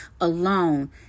alone